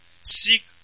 seek